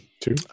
Two